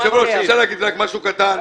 היושב-ראש, אני רוצה להגיד רק משהו קטן.